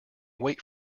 wait